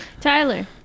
Tyler